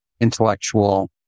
intellectual